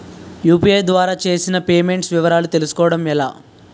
UPI ద్వారా చేసిన payments వివరాలు తెలుసుకోవటం ఎలా?